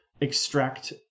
extract